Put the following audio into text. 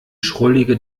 schrullige